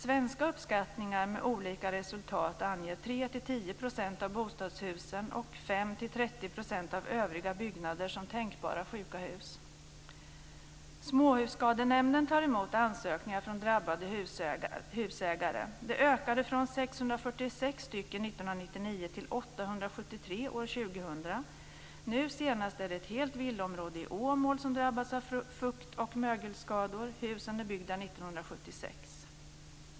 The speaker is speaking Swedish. Svenska uppskattningar med olika resultat anger 3-10 % av bostadshusen och 5-30 % av övriga byggnader som tänkbara sjuka hus. till 873 år 2000. Nu senast är det ett helt villaområde i Åmål som drabbats av fukt och mögelskador. Husen är byggda 1976.